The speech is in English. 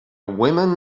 women